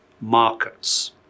markets